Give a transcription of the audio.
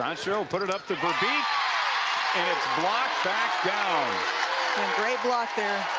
um so put it up to veerbeek and it's blocked back down great block there.